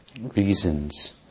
reasons